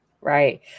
Right